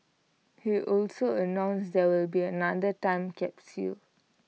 he also announced there will be another time capsule